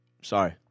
sorry